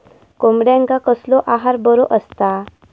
कोंबड्यांका कसलो आहार बरो असता?